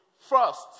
first